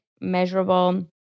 measurable